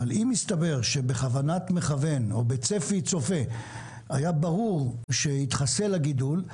אבל אם מסתבר שבכוונת מכוון או בצפי צופה היה ברור שיתחסל הגידול,